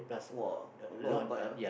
!wah! a lot bike ah